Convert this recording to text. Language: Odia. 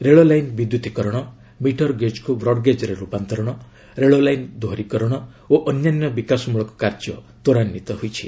ରେଳଲାଇନ୍ ବିଦ୍ୟୁତିକରଣ ମିଟର ଗେଜ୍କୁ ବ୍ରଡ୍ଗେଜ୍ରେ ରୂପାନ୍ତରଣ ରେଳ ଲାଇନ୍ ଦୋହରୀକରଣ ଓ ଅନ୍ୟାନ୍ୟ ବିକାଶମୂଳକ କାର୍ଯ୍ୟ ତ୍ୱରାନ୍ୱିତ ହୋଇଛି